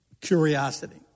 curiosity